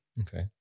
Okay